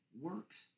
works